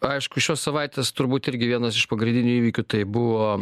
aišku šios savaitės turbūt irgi vienas iš pagrindinių įvykių tai buvo